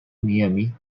miami